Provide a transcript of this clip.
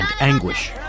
anguish